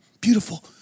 beautiful